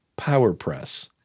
PowerPress